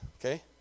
Okay